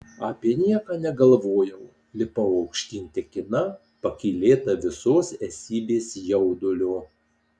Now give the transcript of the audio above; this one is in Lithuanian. apie nieką negalvojau lipau aukštyn tekina pakylėta visos esybės jaudulio